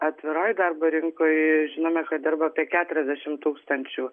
atviroj darbo rinkoj žinome kad dirba apie keturiasdešimt tūkstančių